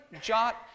jot